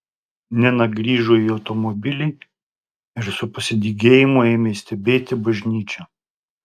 nina grįžo į automobilį ir su pasidygėjimu ėmė stebėti bažnyčią